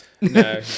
No